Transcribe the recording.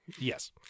Yes